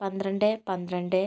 പന്ത്രണ്ട് പന്ത്രണ്ട്